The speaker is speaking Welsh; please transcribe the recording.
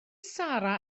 sarra